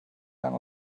lange